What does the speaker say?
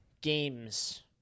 games